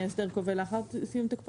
ואם יהיה הסדר כובל לאחר סיום תוקפו